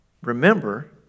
remember